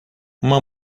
uma